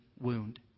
wound